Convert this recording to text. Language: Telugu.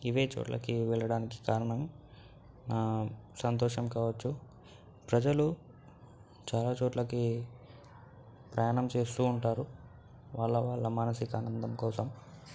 ఇది చోట్లకి వెళ్ళడానికి కారణం నా సంతోషం కావచ్చు ప్రజలు చాలా చోట్లకి ప్రయాణం చేస్తూ ఉంటారు వాళ్ళవాళ్ళ మానసిక ఆనందం కోసం